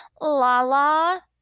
Lala